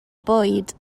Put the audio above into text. bwyd